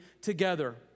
together